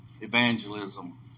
evangelism